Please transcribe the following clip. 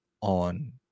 on